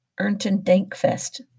Erntendankfest